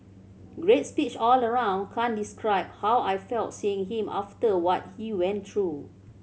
great speech all round can't describe how I felt seeing him after what he went through